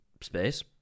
space